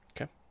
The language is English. Okay